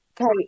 Okay